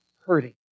hurting